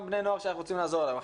אותם בני נוער שאנחנו רוצים לעזור להם.